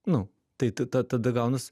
nu tai tata tada gaunas